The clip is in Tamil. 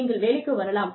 நீங்கள் வேலைக்கு வரலாம்